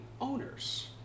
owners